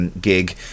gig